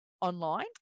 online